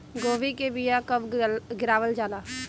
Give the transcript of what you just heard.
गोभी के बीया कब गिरावल जाला?